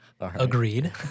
Agreed